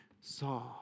saw